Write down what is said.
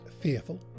fearful